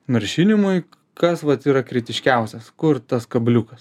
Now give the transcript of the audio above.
naršinimui kas vat yra kritiškiausias kur tas kabliukas